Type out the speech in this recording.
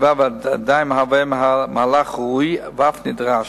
היתה ועדיין היא מהלך ראוי ואף נדרש,